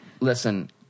Listen